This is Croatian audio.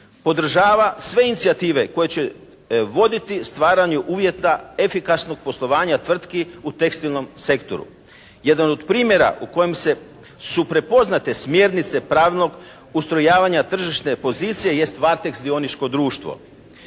podržava sve inicijative koje će voditi stvaranju uvjeta efikasnog poslovanja tvrtki u tekstilnom sektoru. Jedan od primjera po kojem su prepoznate smjernice pravnog ustrojavanja tržišne pozicije jest "Varteks" dioničko društvo.